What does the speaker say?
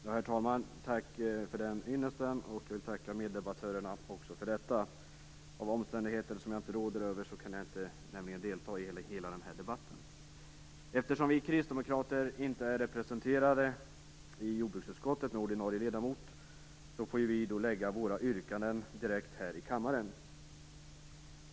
Herr talman! Tack för den ynnesten. Jag vill också tacka mina meddebattörer. Av omständigheter jag inte råder över kan jag inte delta i hela denna debatt. Eftersom vi kristdemokrater inte är representerade i jordbruksutskottet med någon ordinarie ledamot, får vi lägga fram våra yrkanden direkt i kammaren.